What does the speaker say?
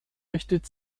richtet